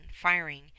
firing